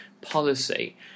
policy